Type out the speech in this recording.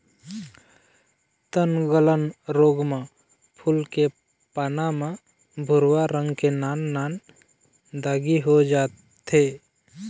तनगलन रोग म फूल के पाना म भूरवा रंग के नान नान दागी हो जाथे